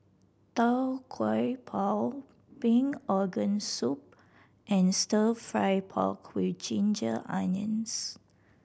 Tau Kwa Pau pig organ soup and Stir Fry pork with ginger onions